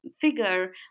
figure